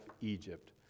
Egypt